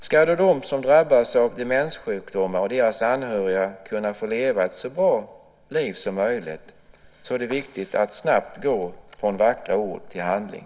Ska de som drabbas av demenssjukdomar och deras anhöriga kunna få leva ett så bra liv som möjligt är det viktigt att snabbt gå från vackra ord till handling.